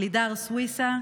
לידר סוויסה.